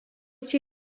čia